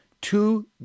two